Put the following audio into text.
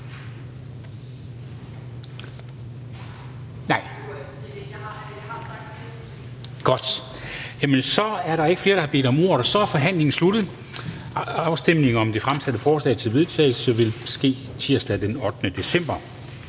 sige). Godt, så er der ikke er flere, der har bedt om ordet, så forhandlingen er sluttet. Afstemningen om de fremsatte forslag til vedtagelse vil ske på tirsdag, den 8. december